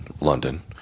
London